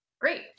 Great